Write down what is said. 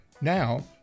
Now